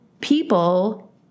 people